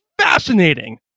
fascinating